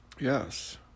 Yes